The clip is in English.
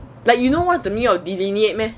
like you know what's the meaning of delineate meh